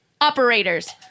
operators